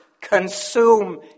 consume